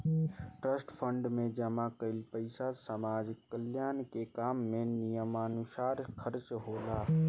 trust fund में जमा कईल पइसा समाज कल्याण के काम में नियमानुसार खर्चा होला